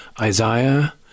Isaiah